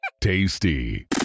Tasty